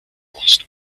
last